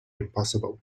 impossible